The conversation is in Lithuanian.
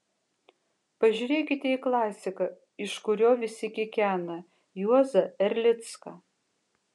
pažiūrėkite į klasiką iš kurio visi kikena juozą erlicką